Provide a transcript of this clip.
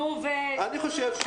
נו, ו-?